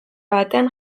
batean